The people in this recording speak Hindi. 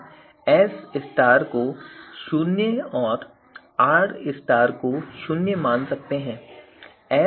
हम S को शून्य और R को शून्य मान सकते हैं